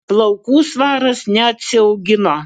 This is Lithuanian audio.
plaukų svaras neatsiaugino